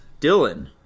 Dylan